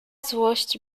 złość